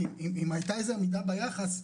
אם זה מה שנותר אז כמה הם כבר עשו?